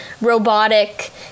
robotic